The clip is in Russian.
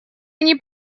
они